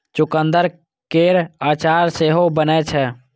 चुकंदर केर अचार सेहो बनै छै